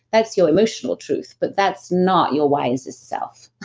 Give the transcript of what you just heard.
that's your emotional truth but that's not your wisest self.